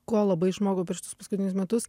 ko labai išmokau per šitus paskutinius metus